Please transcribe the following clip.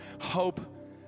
hope